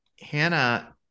Hannah